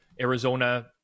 Arizona